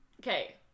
okay